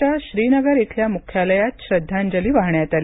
च्या श्रीनगर इथल्या मुख्यालयात श्रद्धांजली वाहण्यात आली